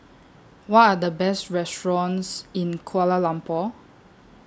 What Are The Best restaurants in Kuala Lumpur